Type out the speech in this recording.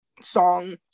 song